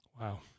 Wow